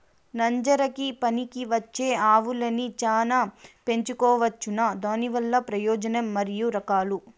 నంజరకి పనికివచ్చే ఆవులని చానా పెంచుకోవచ్చునా? దానివల్ల ప్రయోజనం మరియు రకాలు?